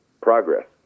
progress